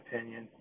opinion